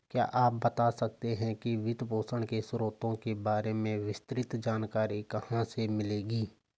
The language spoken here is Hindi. क्या आप बता सकते है कि वित्तपोषण के स्रोतों के बारे में विस्तृत जानकारी कहाँ से मिलेगी?